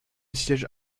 siège